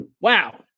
Wow